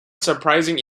surprising